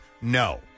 No